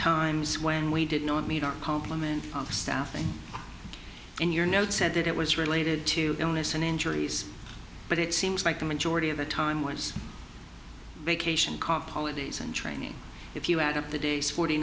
times when we did not meet our complement of staffing and your note said that it was related to illness and injuries but it seems like the majority of the time was vacation cop holidays and training if you add up the days forty